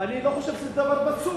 אני לא חושב שזה דבר פסול,